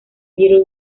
little